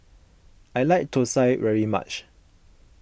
I like Thosai very much